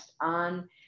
on